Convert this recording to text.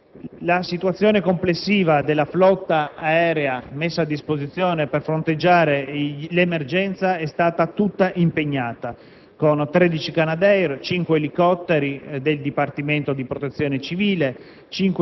Basilicata. Complessivamente la flotta aerea messa a disposizione per fronteggiare l'emergenza è stata tutta impegnata, con 13 Canadair, cinque elicotteri del Dipartimento della protezione civile,